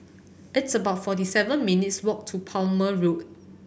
it's about forty seven minutes' walk to Plumer Road